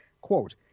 quote